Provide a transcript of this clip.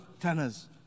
tenors